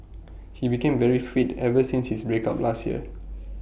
he became very fit ever since his break up last year